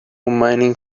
mining